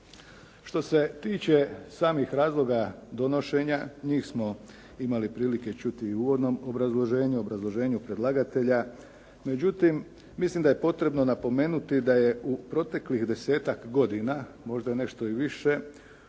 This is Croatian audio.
Što se tiče samih razloga donošenja, njih smo imali prilike čuti i u uvodnom obrazloženju, obrazloženju predlagatelja. Međutim, mislim da je potrebno napomenuti da je u proteklih desetak godina, možda nešto i više,